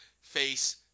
face